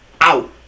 out